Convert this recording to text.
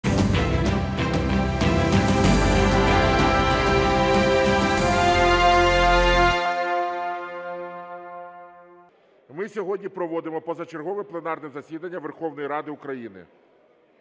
України ми сьогодні проводимо позачергове пленарне засідання Верховної Ради України.